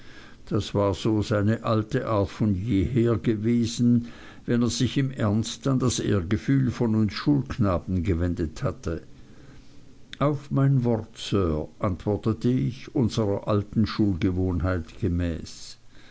das war so seine alte art von jeher gewesen wenn er sich im ernst an das ehrgefühl von uns schulknaben gewendet hatte auf mein wort sir antwortete ich unserer alten schulgewohnheit gemäß